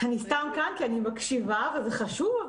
אני סתם כאן כי אני מקשיבה, וזה חשוב.